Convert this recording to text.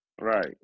Right